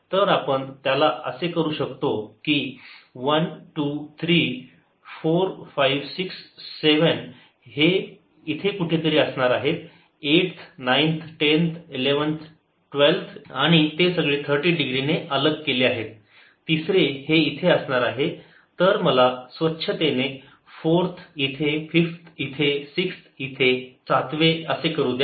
तर आपण त्याला असे करू शकतो की 1 2 3 4 5 6 7 वे हे इथे कुठेतरी असणार आहेत 8 वे 9 वे 10वे 11 वे 12 वे आणि ते सगळे 30 डिग्री ने अलग केले आहेत तिसरे हे इथे असणार आहे तर मला स्वच्छतेने 4 थे 5 वे 6 वे 7 वे असे करू द्या